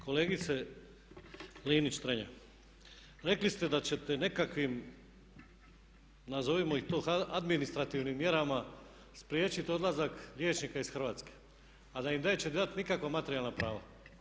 Kolegice Linić Strenja, rekli ste da ćete nekakvim nazovimo ih to administrativnim mjerama spriječiti odlazak liječnika iz Hrvatske, a da im neće dati nikakva materijalna prava.